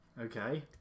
Okay